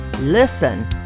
Listen